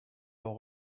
leurs